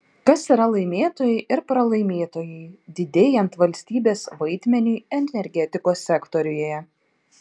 kas yra laimėtojai ir pralaimėtojai didėjant valstybės vaidmeniui energetikos sektoriuje